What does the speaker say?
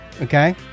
okay